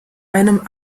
einem